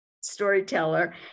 storyteller